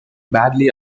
badly